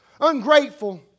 Ungrateful